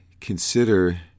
consider